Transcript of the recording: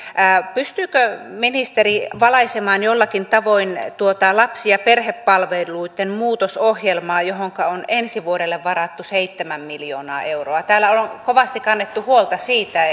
pystyykö ministeri valaisemaan jollakin tavoin tuota lapsi ja perhepalveluitten muutosohjelmaa johonka on ensi vuodelle varattu seitsemän miljoonaa euroa täällä on kovasti kannettu huolta siitä